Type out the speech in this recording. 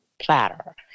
platter